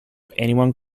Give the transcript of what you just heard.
anyone